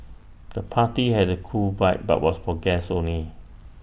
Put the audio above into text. the party had A cool vibe but was for guests only